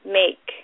make